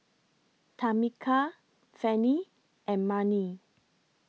Tamika Fanny and Marni